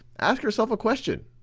ask yourself a question.